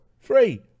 three